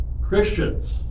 Christians